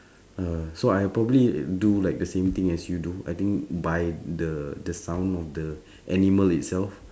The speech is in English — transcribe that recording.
uh so I probably do like the same thing as you do I think by the the sound of the animal itself